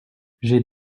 j’ai